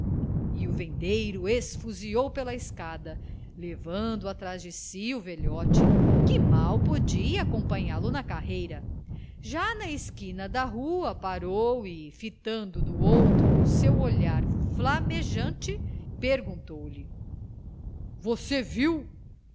e o vendeiro esfuziou pela escada levando atrás de si o velhote que mal podia acompanhá-lo na carreira já na esquina da rua parou e fitando no outro o seu olhar flamejante perguntou-lhe você viu